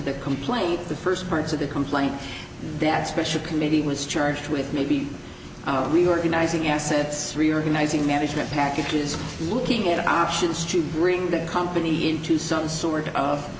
the complaint the first points of the complaint that special committee was charged with maybe the organizing assets reorganizing management packages looking at options to bring the company into some sort of